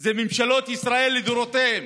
זה ממשלות ישראל לדורותיהן,